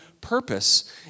purpose